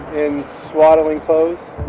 in swaddling clothes.